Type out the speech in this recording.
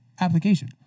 application